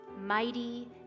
mighty